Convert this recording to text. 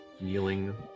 kneeling